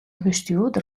bestjoerder